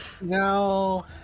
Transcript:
No